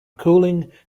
cooling